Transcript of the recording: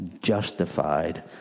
justified